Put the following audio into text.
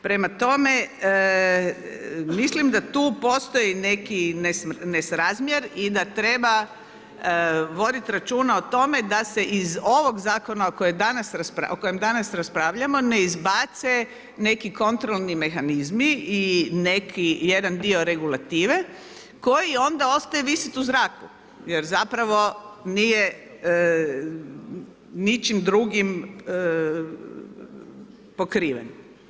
Prema tome mislim da tu postoji neki nesrazmjer i da treba vodit računa o tome da se iz ovog zakona o kojem danas raspravljamo ne izbace neki kontrolni mehanizmi i jedan dio regulative koji onda ostaje visit u zraku jer zapravo nije ničim drugim pokriven.